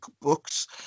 books